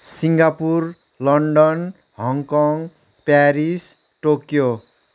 Singapore London Hong Kong Paris Tokyo